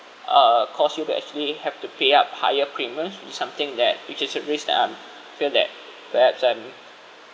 uh cause you to actually have to pay up higher premiums which something that which is at risk that I'm feel that perhaps um